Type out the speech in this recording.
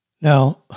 Now